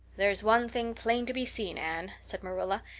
there's one thing plain to be seen, anne, said marilla,